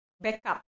backup